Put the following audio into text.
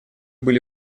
были